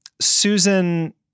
Susan